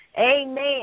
Amen